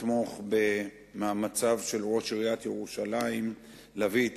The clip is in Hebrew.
ולתמוך במאמציו של ראש עיריית ירושלים להביא את